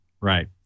right